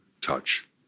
touch